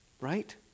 Right